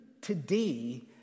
today